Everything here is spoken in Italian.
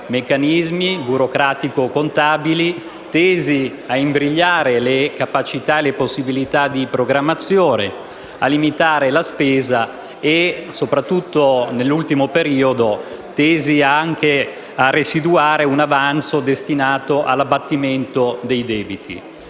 meccanismi burocratico-contabili tesi a imbrigliarne le capacità e le possibilità di programmazione, a limitarne la spesa e, soprattutto, nell'ultimo periodo, anche a residuare un avanzo destinato all'abbattimento dei debiti.